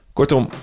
Kortom